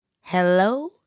Hello